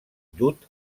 dut